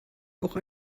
auch